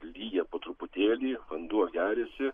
lyja po truputėlį vanduo geriasi